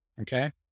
Okay